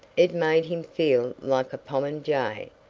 it made him feel like a popinjay,